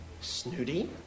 Snooty